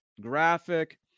graphic